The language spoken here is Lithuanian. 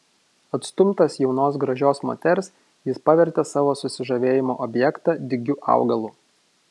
atstumtas jaunos gražios moters jis pavertė savo susižavėjimo objektą dygiu augalu